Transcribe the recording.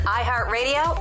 iHeartRadio